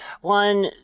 one